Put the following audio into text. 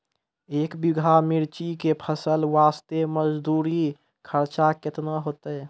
एक बीघा मिर्ची के फसल वास्ते मजदूरी खर्चा केतना होइते?